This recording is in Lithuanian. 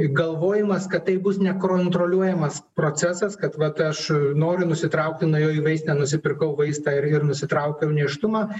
galvojimas kad tai bus nekontroliuojamas procesas kad vat aš noriu nusitraukti nuėjau į vaistinę nusipirkau vaistą ir ir nusitraukiau nėštumą